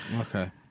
Okay